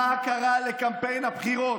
מה קרה לקמפיין הבחירות?